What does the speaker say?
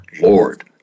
Lord